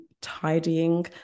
tidying